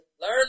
learn